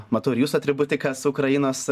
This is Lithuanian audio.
matau ir jūsų atributiką su ukrainos